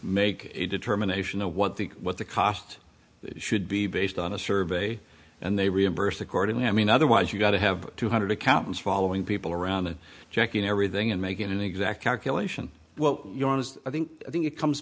make a determination of what the what the cost should be based on a survey and they reimburse accordingly i mean otherwise you've got to have two hundred accountants following people around the checking everything and making an exact calculation well you're honest i think i think it comes